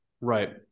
Right